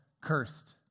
cursed